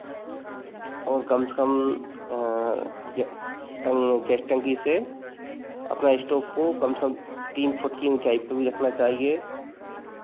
और कम से कम टं गैस टंकी से अपना स्टोव को कम से कम तीन फ़ुट की ऊँचाई पे भी रखना चाहिए